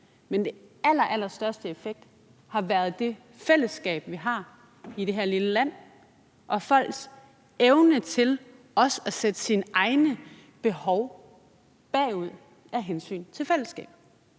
den allerallerstørste effekt har været det fællesskab, vi har, i det her lille land og folks evne til også at sætte deres egne behov til side af hensyn til fællesskabet.